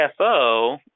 CFO